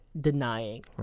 denying